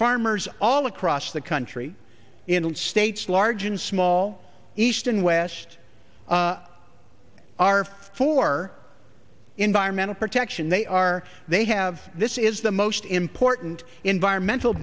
farmers all across the country in states large and small east and west are for environmental protection they are they have this is the most important environmental